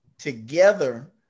together